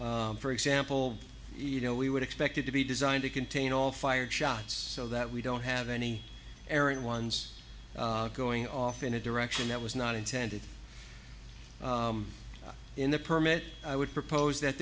criteria for example you know we would expect it to be designed to contain all fired shots so that we don't have any errant ones going off in a direction that was not intended in the permit i would propose that